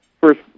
first